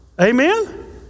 Amen